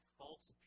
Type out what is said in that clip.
false